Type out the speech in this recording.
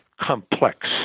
complex